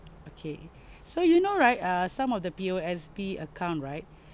okay so you know right err some of the P_O_S_B account right